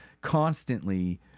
constantly